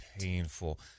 painful